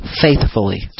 faithfully